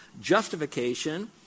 justification